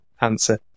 answer